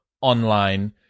online